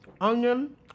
onion